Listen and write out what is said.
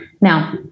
Now